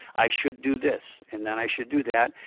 i should do this, and then i should do that,